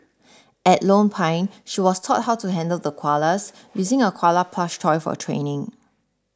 at Lone Pine she was taught how to handle the koalas using a koala plush toy for training